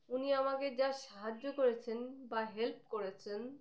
উনি আমাকে যা সাহায্য করেছেন বা হেল্প করেছেন